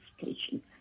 station